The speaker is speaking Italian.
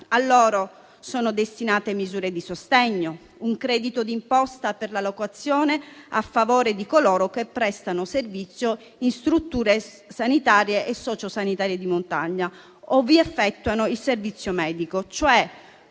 A loro sono destinate misure di sostegno, come un credito di imposta per la locazione a favore di coloro che prestano servizio in strutture sanitarie e sociosanitarie di montagna o vi effettuano il servizio medico, cioè